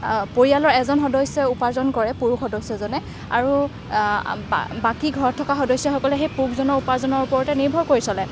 পৰিয়ালৰ এজন সদস্যই উপাৰ্জন কৰে পুৰুষ সদস্যজনে আৰু বাকী ঘৰত থকা সদস্যসকলে সেই পুৰুষজনৰ উপাৰ্জনৰ ওপৰতে নিৰ্ভৰ কৰি চলে